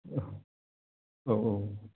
औ औ औ